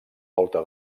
volta